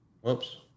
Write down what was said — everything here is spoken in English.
Whoops